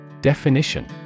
Definition